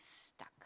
stuck